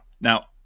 Now